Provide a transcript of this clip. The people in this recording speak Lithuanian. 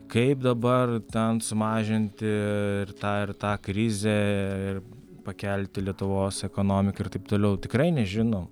kaip dabar ten sumažinti ir tą ir tą krizę ir pakelti lietuvos ekonomiką ir taip toliau tikrai nežinom